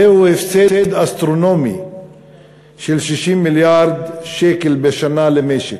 זהו הפסד אסטרונומי של 60 מיליארד שקל בשנה למשק,